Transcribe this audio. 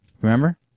Remember